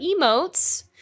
emotes